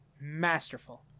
masterful